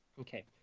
Okay